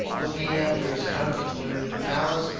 looking after his comforts when in the palace,